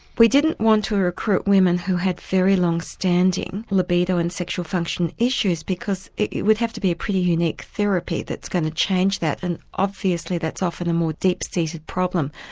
we didn't want to recruit women who had very longstanding libido and sexual function issues because it would have to be a pretty unique therapy that's going to change that and obviously that's often a more deep seated problem.